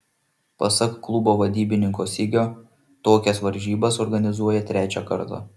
pasak klubo vadybininko sigio tokias varžybas organizuoja trečią kartą